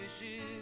wishes